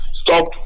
stop